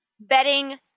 betting